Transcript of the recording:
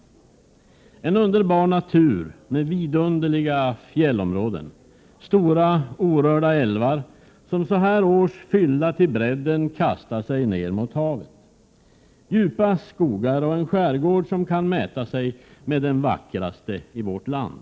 Det har en underbar natur med vidunderliga fjällområden, stora orörda älvar, som så här års fyllda till brädden kastar sig ned mot havet. Där finns djupa skogar och en skärgård som kan mäta sig med den vackraste i vårt land.